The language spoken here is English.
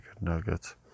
nuggets